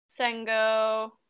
Sengo